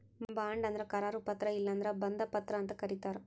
bond ಅಂದ್ರ ಕರಾರು ಪತ್ರ ಇಲ್ಲಂದ್ರ ಬಂಧ ಪತ್ರ ಅಂತ್ ಕರಿತಾರ್